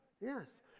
Yes